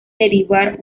derivar